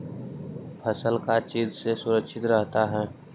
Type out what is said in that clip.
फसल का चीज से सुरक्षित रहता है?